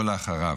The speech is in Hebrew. או לאחריו,